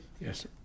Yes